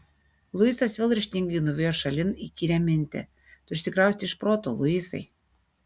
luisas vėl ryžtingai nuvijo šalin įkyrią mintį tu išsikraustei iš proto luisai